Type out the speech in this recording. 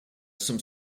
some